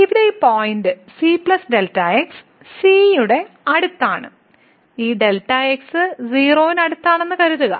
ഇവിടെ ഈ point c Δ x c യുടെ അടുത്താണ് ഈ Δ x 0 ന് അടുത്താണെന്ന് കരുതുക